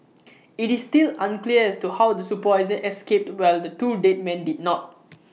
IT is still unclear as to how the supervisor escaped while the two dead men did not